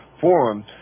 forum